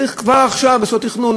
צריך כבר עכשיו לעשות תכנון.